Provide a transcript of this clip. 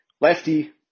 lefty